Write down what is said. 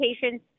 patients